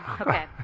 okay